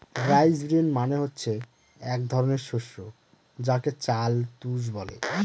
rice bran মানে হচ্ছে এক ধরনের শস্য যাকে চাল তুষ বলে